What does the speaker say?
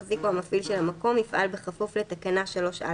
"(ג) על אף האמור בתקנת משנה (ב),